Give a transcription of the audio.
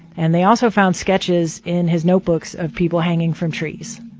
and they also found sketches in his notebooks of people hanging from trees